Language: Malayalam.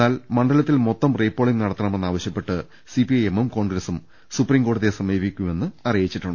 എന്നാൽ മണ്ഡല ത്തിൽ മൊത്തം റീപോളിങ്ങ് നടത്തണമെന്നാവശ്യപ്പെട്ട് സിപിഐ എമ്മും കോൺഗ്രസും സുപ്രീം കോടതിയെ സമീപിക്കുമെന്ന് അറി യിച്ചു